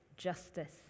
justice